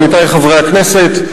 עמיתי חברי הכנסת,